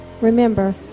Remember